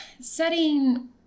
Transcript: setting